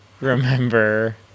remember